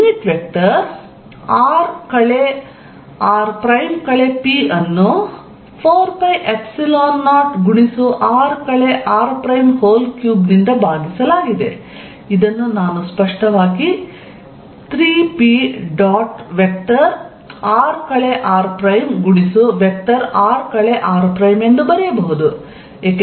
unit vector r r p ಅನ್ನು 4π0 r r3 ನಿಂದ ಭಾಗಿಸಲಾಗಿದೆ ಇದನ್ನು ನಾನು ಸ್ಪಷ್ಟವಾಗಿ 3p dot vector r r ಗುಣಿಸು ವೆಕ್ಟರ್ r r ಎಂದು ಬರೆಯಬಹುದು